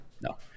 No